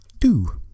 two